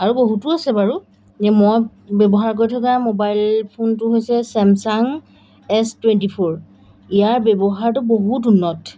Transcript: আৰু বহুতো আছে বাৰু এই মই ব্যৱহাৰ কৰি থকা মোবাইল ফোনটো হৈছে চেমচাং এছ টুৱেণ্টি ফ'ৰ ইয়াৰ ব্যৱহাৰটো বহুত উন্নত